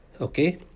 okay